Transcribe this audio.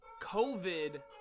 COVID